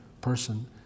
person